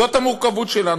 זאת המורכבות שלנו.